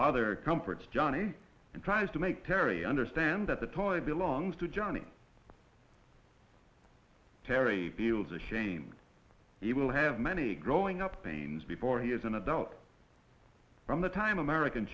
father comforts johnny and tries to make terry understand that the toy belongs to johnny terry feels a shame he will have many growing up pains before he is an adult from the time american